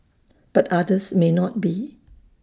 but others may not be